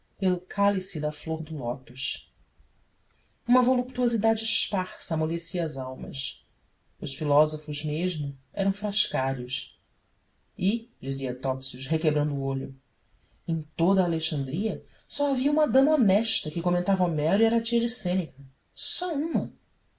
cálice da flor do lótus uma voluptuosidade esparsa amolecia as almas os filósofos mesmo eram frascários e dizia topsius requebrando o olho em toda a alexandria só havia uma dama honesta que comentava homero e era tia de sêneca só uma